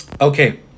Okay